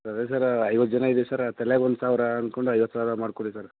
ಅದೇ ಸರ್ ಐವತ್ತು ಜನ ಇದೀವಿ ಸರ್ ತಲೆಗ್ ಒಂದು ಸಾವಿರ ಅನ್ಕೊಂಡು ಐವತ್ತು ಸಾವಿರ ಮಾಡ್ಕೊಳಿ ಸರ್